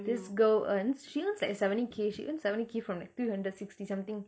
this girl earns she earns like seventy K she earns seventy K from like three hundred sixty something